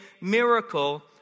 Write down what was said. miracle